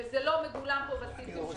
אין מצב.